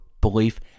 belief